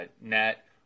net